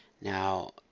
Now